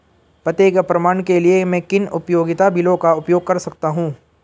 पते के प्रमाण के लिए मैं किन उपयोगिता बिलों का उपयोग कर सकता हूँ?